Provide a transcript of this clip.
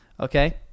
Okay